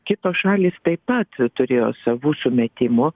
kitos šalys taip pat turėjo savų sumetimų